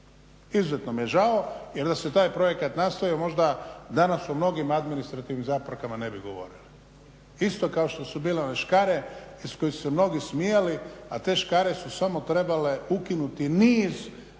Izuzetno mi je žao jer da se taj projekat nastavio možda danas u mnogim administrativnim zaprekama ne bi govorili. Isto kao što su bile one škare iz kojih su se mnogi smijali a te škare su samo trebale ukinuti niz bezveznih